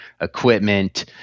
equipment